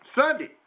Sunday